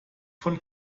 von